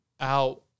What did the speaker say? out